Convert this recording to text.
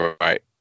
Right